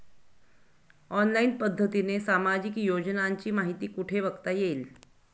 Online पद्धतीने सामाजिक योजनांची माहिती कुठे बघता येईल?